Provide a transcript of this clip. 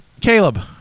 Caleb